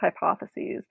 hypotheses